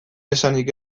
esanik